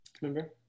Remember